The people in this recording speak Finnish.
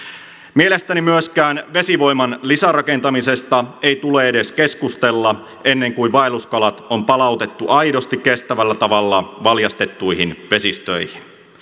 mielestäni myöskään vesivoiman lisärakentamisesta ei tule edes keskustella ennen kuin vaelluskalat on palautettu aidosti kestävällä tavalla valjastettuihin vesistöihin